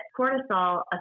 cortisol